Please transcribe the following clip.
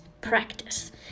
practice